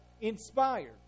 inspired